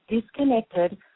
disconnected